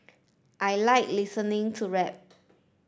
I like listening to rap